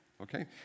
Okay